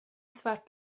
svart